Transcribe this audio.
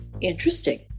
Interesting